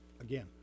again